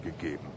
gegeben